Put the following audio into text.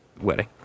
wedding